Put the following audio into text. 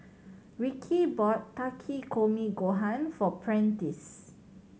Ricky bought Takikomi Gohan for Prentiss